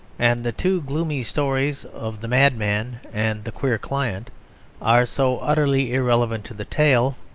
and the two gloomy stories of the madman and the queer client are so utterly irrelevant to the tale,